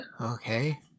Okay